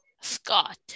Scott